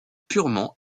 purement